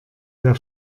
der